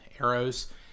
arrows